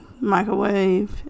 microwave